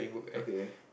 okay